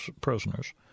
prisoners